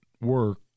work